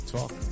Talk